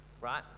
right